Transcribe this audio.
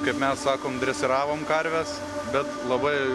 kaip mes sakom dresiravom karves bet labai